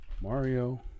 Mario